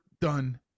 Done